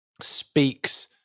speaks